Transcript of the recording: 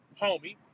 homie